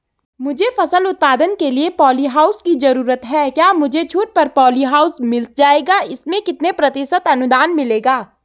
मुझे फसल उत्पादन के लिए प ॉलीहाउस की जरूरत है क्या मुझे छूट पर पॉलीहाउस मिल जाएगा इसमें कितने प्रतिशत अनुदान मिलेगा?